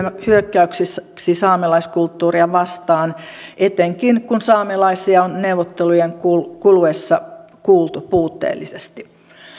hyökkäykseksi saamelaiskulttuuria vastaan etenkin kun saamelaisia on neuvottelujen kuluessa kuluessa kuultu puutteellisesti